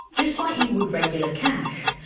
just like you would regular cash.